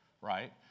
right